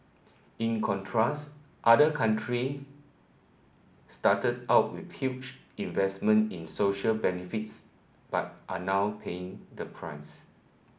in contrast other country started out with huge investments in social benefits but are now paying the price